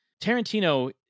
Tarantino